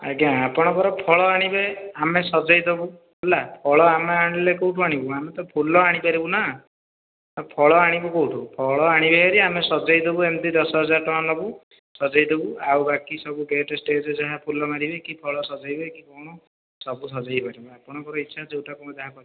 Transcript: ଆଜ୍ଞା ଆପଣଙ୍କର ଫଳ ଆଣିବେ ଆମେ ସଜେଇଦେବୁ ହେଲା ଫଳ ଆଣିଲେ ଆମେ କେଉଁଠୁ ଆଣିବୁ ଆମେ ତ ଫୁଲ ଆଣିପାରିବୁ ନା ଫଳ ଆଣିବୁ କେଉଁଠୁ ଫଳ ଆଣିବେ ହାରି ଆମେ ସଜେଇ ଦେବୁ ଏମିତି ଦଶ ହଜାର ଟଙ୍କା ନେବୁ ସଜେଇଦେବୁ ଆଉ ବାକି ଗେଟ ଷ୍ଟେଜ ଯାହା ଫୁଲ ମାରିବେ କି ଫଳ ସଜେଇବେ କି କଣ ସବୁ ସଜେଇପାରିବେ ଆପଣଙ୍କ ଇଛା ଯେଉଁଟା ଆପଣ ଯାହା କରିବେ